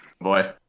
Boy